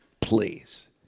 Please